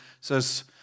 says